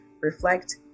reflect